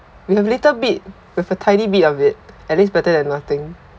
we have little bit with a tiny bit of it at least better than nothing